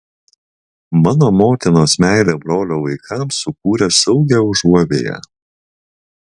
mano motinos meilė brolio vaikams sukūrė saugią užuovėją